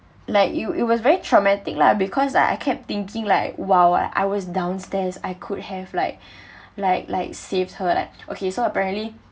like you i~ it was very traumatic lah because I kept thinking like !wow! I was downstairs I could have like like like saved her uh okay so apparently